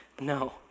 No